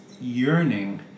yearning